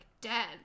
dead